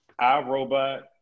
iRobot